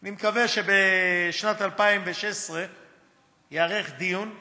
1. אני מקווה שבשנת 2016 ייערך דיון בממשלה,